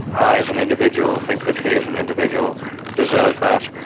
i as an individual think that he as an individual deserves that,